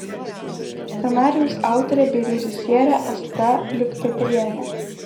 scenarijaus autorė bei režisierė asta liukpetrienė